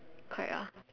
correct ah